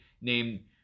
named